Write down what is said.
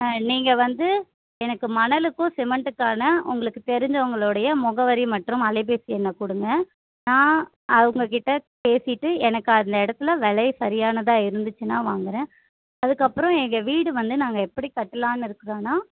ஆ நீங்கள் வந்து எனக்கு மணலுக்கும் சிமெண்ட்டுக்கான உங்களுக்கு தெரிஞ்சவங்களுடைய முகவரி மற்றும் அலைபேசி எண்ணை கொடுங்க நான் அவங்க கிட்டே பேசிவிட்டு எனக்கு அந்த இடத்துல விலை சரியானதாக இருந்துச்சுன்னால் வாங்குகிறேன் அதுக்கப்புறம் எங்கள் வீடு வந்து நாங்கள் எப்படி கட்டலாம்னு இருக்கிறோன்னா